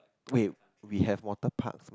wait we have water parks meh